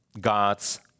God's